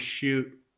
shoot